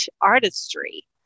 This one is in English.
artistry